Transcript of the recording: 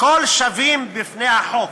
הכול שווים בפני החוק,